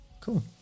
Cool